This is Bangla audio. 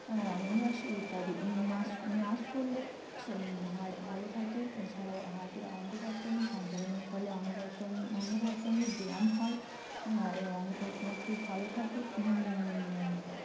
আনন্দ আসে ইত্যাদি নাচ নাচ করলে সুম হার্ট ভালো থাকে এছাড়াও হাতের অঙ্গ প্রতঙ্গ সঞ্চালনের ফলে অঙ্গ প্রত অঙ্গ প্রতঙ্গের ব্যায়াম হয় এই অঙ্গ প্রতঙ্গ খুব ভালো থাকে